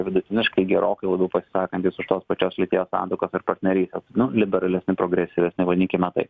vidutiniškai gerokai labiau pasisakantys už tos pačios lyties santuokas ar partnerystes nu liberalesni progresyvesni vadinkime taip